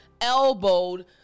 elbowed